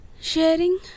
sharing